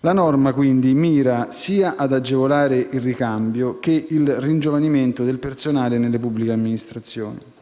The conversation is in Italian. La norma quindi mira ad agevolare sia il ricambio che il ringiovanimento del personale nelle pubbliche amministrazioni.